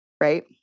right